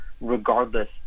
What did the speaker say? regardless